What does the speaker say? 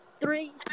three